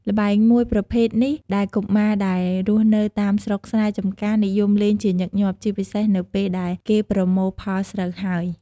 ល្បែងមួយប្រភេទនេះដែលកុមារដែលរស់នៅតាមស្រុកស្រែចំការនិយមលេងជាញឹកញាក់ជាពិសេសនៅពេលដែលគេប្រមូលផលស្រូវហើយ។